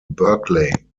berkeley